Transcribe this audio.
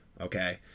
Okay